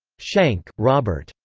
shenk, robert.